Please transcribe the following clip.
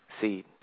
Seed